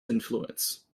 influence